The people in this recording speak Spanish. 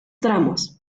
tramos